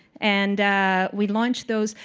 and we launch those.